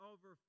Over